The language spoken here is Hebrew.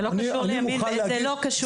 זה לא קשור לימין ושמאל.